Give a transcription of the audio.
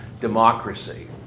democracy